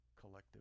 collective